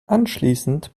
anschließend